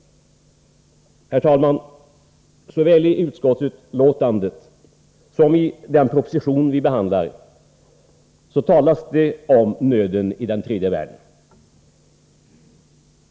Herr talman! Såväl i utskottsbetänkandet som i den proposition vi behandlar talas det om nöden i den tredje världen.